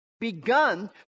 begun